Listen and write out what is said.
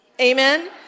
Amen